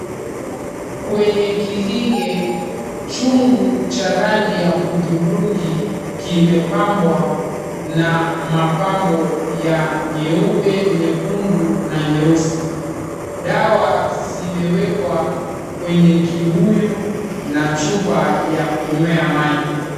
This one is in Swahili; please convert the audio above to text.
Kwenye kilinge, chungu cha rangi ya hudhurungi kimepambwa na mapambo ya nyeupe, nyekundu na nyeusi. Dawa zimewekwa kwenye kibuyu na chupa ya kunywea maji.